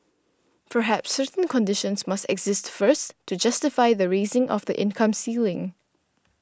perhaps certain conditions must exist first to justify the raising of the income ceiling